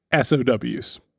SOWs